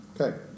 Okay